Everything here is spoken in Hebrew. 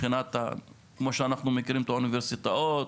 מבחינת מה שאנחנו מכירים, האוניברסיטאות,